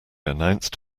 announced